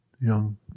young